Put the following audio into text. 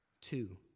two